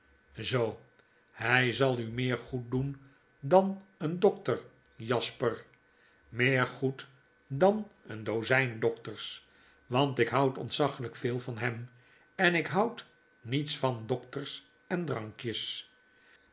zoo hy zal u meer goed doen dan een dokter jasper meer goed dan een dozyn dokters want ik houd ontzaglyk veel van hem en ikhoud niets van dokters en drankjes